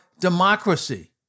democracy